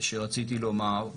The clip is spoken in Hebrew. שרציתי לומר,